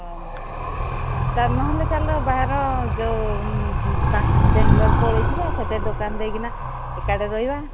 ହ ନହେଲେ ଚାଲ ବାହାର ଯୋଉ ବେଙ୍ଗଲୋର ପଳେଇଯିବା ସେଠି ଦୋକାନ ଦେଇକିନା ଏକାଠି ରହିବା